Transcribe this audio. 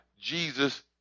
Jesus